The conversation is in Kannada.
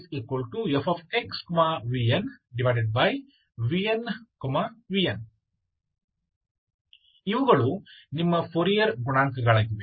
cn ⟨fx vn⟩⟨vnvn⟩ ಇವುಗಳು ನಿಮ್ಮ ಫೋರಿಯರ್ ಗುಣಾಂಕಗಳಾಗಿವೆ